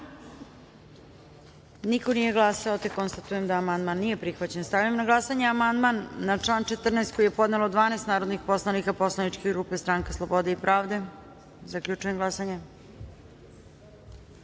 glasanje: za - niko. Konstatujem da amandman nije prihvaćen. Stavljam na glasanje amandman na član 14. koji je podnelo 12 narodnih poslanika poslaničke grupe Stranka slobode i pravde. Zaključujem glasanje: